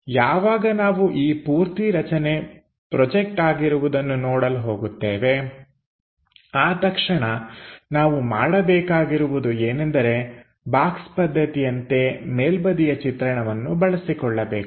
ಯಾವಾಗ ನಾವು ಈ ಪೂರ್ತಿ ರಚನೆ ಪ್ರೊಜೆಕ್ಟ್ ಆಗಿರುವುದನ್ನು ನೋಡಲು ಹೋಗುತ್ತೇವೆ ಆ ತಕ್ಷಣ ನಾವು ಮಾಡಬೇಕಾಗಿರುವುದು ಏನೆಂದರೆ ಬಾಕ್ಸ್ ಪದ್ಧತಿಯಂತೆ ಮೇಲ್ಬದಿಯ ಚಿತ್ರಣವನ್ನು ಬಳಸಿಕೊಳ್ಳಬೇಕು